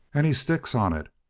and he sticks on it.